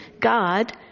God